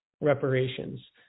reparations